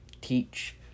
teach